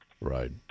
right